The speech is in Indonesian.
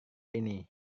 ini